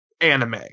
anime